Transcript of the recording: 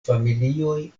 familioj